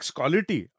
quality